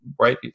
right